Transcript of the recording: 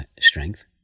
strength